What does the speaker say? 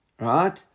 Right